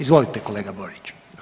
Izvolite kolega Borić.